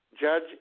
Judge